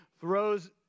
throws